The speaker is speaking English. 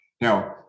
Now